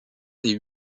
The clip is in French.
des